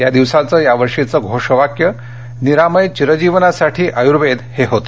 या दिवसाचं या वर्षीचं घोषवाक्य निरामय चिरजीवनासाठी आयूर्वेद हे होतं